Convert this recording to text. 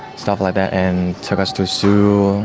stuff like that and took us to zoo,